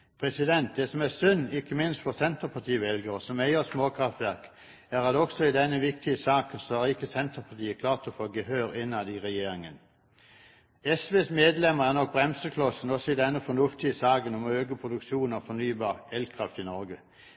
Det som er synd, ikke minst for senterpartivelgere som eier småkraftverk, er at heller ikke i denne viktige saken har Senterpartiet klart å få gehør innad i regjeringen. SVs medlemmer er nok bremseklossen også i denne fornuftige saken om å øke produksjonen av fornybar elkraft i Norge.